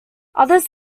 others